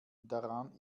daran